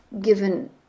given